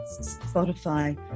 Spotify